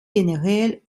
generell